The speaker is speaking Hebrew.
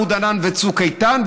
עמוד ענן וצוק איתן,